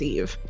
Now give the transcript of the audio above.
Eve